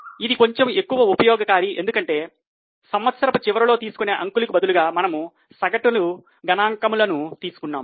ఇది కొంచెము ఎక్కువ ఉపయోగకారి ఎందుకంటే సంవత్సరపు చివరలో తీసుకునే అంకెలు బదులుగా మనము సగటు గణాంకాలను తీసుకున్నాము